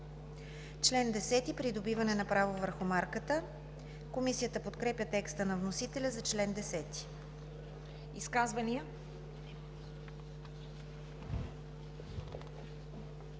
„Член 10 – Придобиване на право върху марката“. Комисията подкрепя текста на вносителя за чл. 10. ПРЕДСЕДАТЕЛ